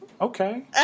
okay